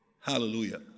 Hallelujah